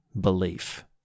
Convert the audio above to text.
belief